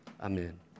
amen